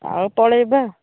ଆଉ ପଳେଇବା